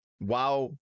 wow